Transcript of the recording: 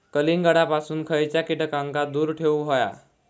कलिंगडापासून खयच्या कीटकांका दूर ठेवूक व्हया?